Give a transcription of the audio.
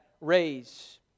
raise